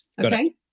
Okay